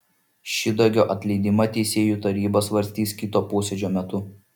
šidagio atleidimą teisėjų taryba svarstys kito posėdžio metu